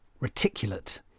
reticulate